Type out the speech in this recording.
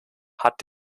hat